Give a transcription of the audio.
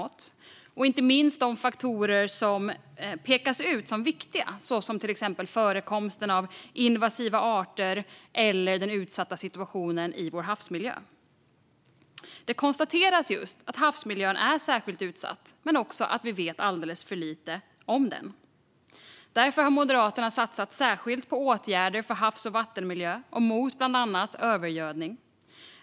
Detta gäller inte minst de faktorer som pekas ut som viktiga, såsom förekomsten av invasiva arter och den utsatta situationen i vår havsmiljö. Det konstateras att havsmiljön är särskilt utsatt men också att vi vet alldeles för lite om den. Därför har Moderaterna satsat särskilt på åtgärder för havs och vattenmiljö och mot bland annat övergödning.